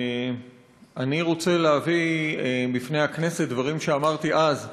ואני רוצה להביא בפני הכנסת דברים שאמרתי אז,